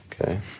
Okay